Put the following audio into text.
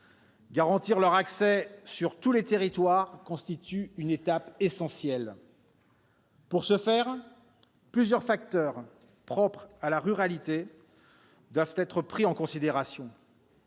derniers sur tous les territoires constitue une étape essentielle. Pour ce faire, plusieurs facteurs propres à la ruralité doivent être pris en considération.